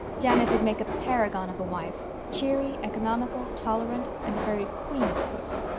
janet would make a paragon of a wife cheery, economical, tolerant, and a very queen of cooks.